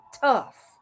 tough